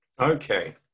Okay